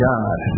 God